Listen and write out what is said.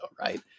right